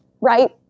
right